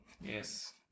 yes